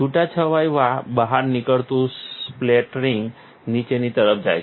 છૂટાછવાયુ બહાર નીકળતું સ્પ્લેટરિંગ નીચેની તરફ જાય છે